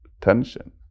tension